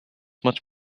much